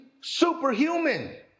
superhuman